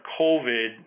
COVID